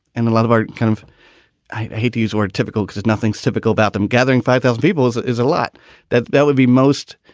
and a lot of our kind of i hate to use word typical is nothing typical about them gathering five thousand people as it is a lot that that would be most.